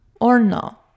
Orno